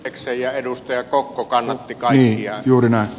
tekstejä edustaja kokko kannatti kai juuri ne